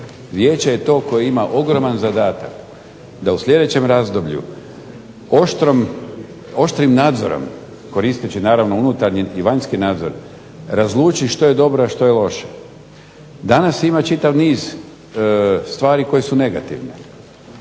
Vijeće je to koje ima ogroman zadatak da u sljedećem razdoblju oštrim nadzorom koristeći naravno unutarnji i vanjski nadzor razluči što je dobro, a što je loše. Danas ima čitav niz stvari koje su negativne.